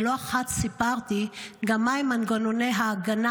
ולא אחת סיפרתי גם מהם מנגנוני ההגנה